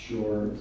Sure